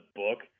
book